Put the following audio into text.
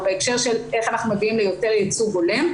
בהקשר של איך אנחנו מגיעים לייצוג הולם יותר.